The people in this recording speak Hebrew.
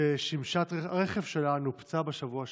ששמשת הרכב שלה נופצה בשבוע שעבר.